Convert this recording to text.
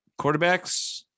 Quarterbacks